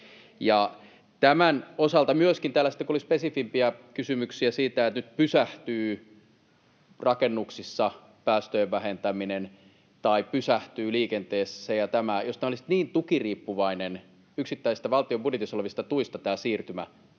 Tämän osalta myöskin täällä sitten — kun oli spesifimpiä kysymyksiä siitä, että nyt pysähtyy rakennuksissa päästöjen vähentäminen tai pysähtyy liikenteessä se ja tämä — jos tämä siirtymä olisi niin tukiriippuvainen yksittäisistä valtion budjetissa olevista tuista, niin